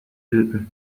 elbe